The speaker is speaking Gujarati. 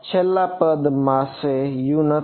છેલ્લા પદ પાસે U નથી